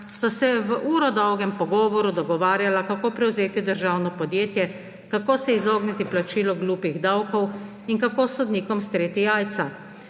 sta se v uro dolgem pogovoru dogovarjala, kako prevzeti državno podjetje, kako se izogniti plačilu glupih davkov in kako sodnikom streti jajca.